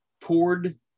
poured